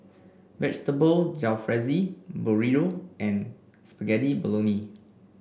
Vegetable Jalfrezi Burrito and Spaghetti Bolognese